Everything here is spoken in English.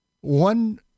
one